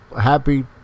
happy